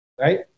right